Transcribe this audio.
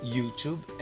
YouTube